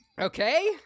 Okay